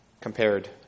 compared